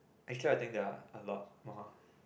actually I think they are a lot more